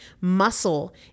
Muscle